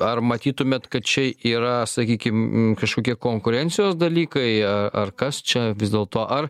ar matytumėt kad čia yra sakykim kažkokie konkurencijos dalykai ar kas čia vis dėlto ar